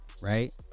right